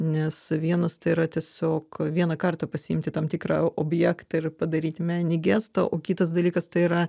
nes vienas tai yra tiesiog vieną kartą pasiimti tam tikrą objektą ir padaryti meninį gestą o kitas dalykas tai yra